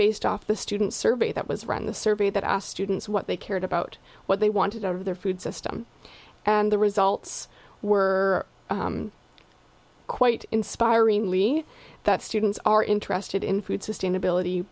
based off the student survey that was run the survey that asked students what they cared about what they wanted out of their food system and the results were quite inspiring lean that students are interested in food sustainability